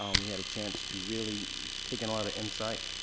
um we had a chance to really take in a lot of insight.